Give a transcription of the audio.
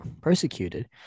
persecuted